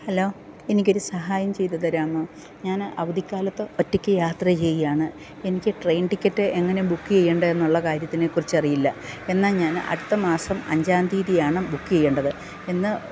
hello എനിക്ക് ഒരു സഹായം ചെയ്തു തരാമോ ഞാൻ അവധിക്കാലത്ത് ഒറ്റയ്ക്ക് യാത്ര ചെയ്യുകയാണ് എനിക്ക് ട്രെയിൻ ടിക്കറ്റ് എങ്ങനെയാണ് ബുക്ക് ചെയ്യേണ്ട എന്നുള്ള കാര്യത്തിനെ കുറിച്ച് അറിയില്ല എന്നാൽ ഞാൻ അടുത്ത മാസം അഞ്ചാം തീയ്യതിയാണ് ബുക്ക് ചെയ്യേണ്ടത് എന്ന്